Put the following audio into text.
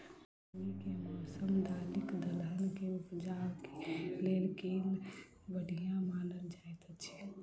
गर्मी केँ मौसम दालि दलहन केँ उपज केँ लेल केल बढ़िया मानल जाइत अछि?